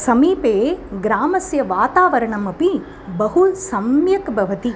समीपे ग्रामस्य वातावरणमपि बहु सम्यक् भवति